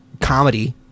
comedy